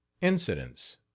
INCIDENTS